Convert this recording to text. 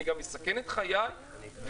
אני גם מסכן את חיי ואני,